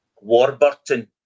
Warburton